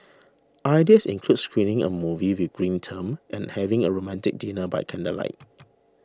ideas include screening a movie with a green term and having a romantic dinner by candlelight